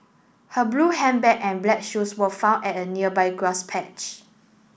her blue handbag and black shoes were found at a nearby grass patch